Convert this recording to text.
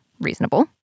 Reasonable